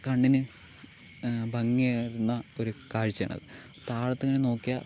കണ്ണിന് ഭംഗിയായുള്ള ഒരു കാഴ്ച്ചയാണത് താഴത്തിങ്ങനെ നോക്കിയാൽ